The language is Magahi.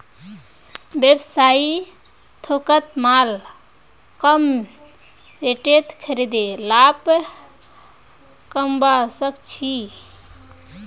व्यवसायी थोकत माल कम रेटत खरीदे लाभ कमवा सक छी